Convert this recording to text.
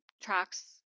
tracks